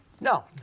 No